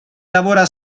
lavora